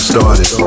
started